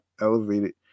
elevated